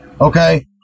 Okay